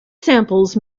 samples